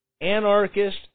anarchist